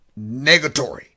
Negatory